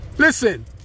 listen